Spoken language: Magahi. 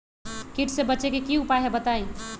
कीट से बचे के की उपाय हैं बताई?